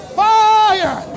fire